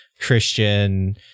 Christian